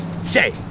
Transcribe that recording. say